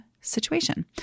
situation